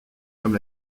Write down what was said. comme